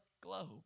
globe